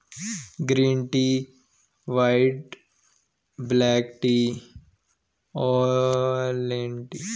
green tea white black tea oolong tea herbal tea चाय के प्रकार है